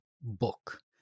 book